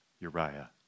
Uriah